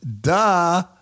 Duh